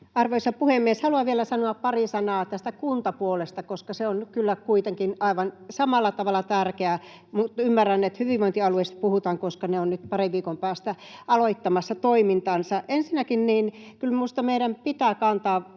Arvoisa puhemies! Haluan vielä sanoa pari sanaa tästä kuntapuolesta, koska se on kuitenkin aivan samalla tavalla tärkeä, mutta ymmärrän, että hyvinvointialueista puhutaan, koska ne ovat nyt parin viikon päästä aloittamassa toimintansa. Ensinnäkin, minusta meidän pitää kantaa